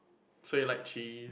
so you like cheese